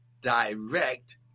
Direct